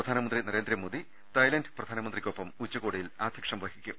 പ്രധാനമന്തി Narendra Modi Thailand പ്രധാനമന്ത്രിക്കൊപ്പം ഉച്ചകോടിയിൽ അധ്യക്ഷം വഹി ക്കും